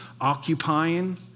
occupying